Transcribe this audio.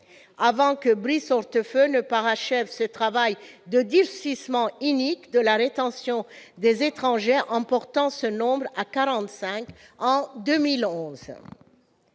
avant que Brice Hortefeux ne parachève ce travail de durcissement inique de la rétention des étrangers en portant ce nombre à 45 en 2011.